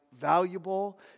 valuable